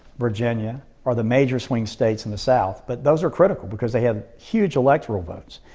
virginia are the major swing states in the south, but those are critical because they have huge electoral votes.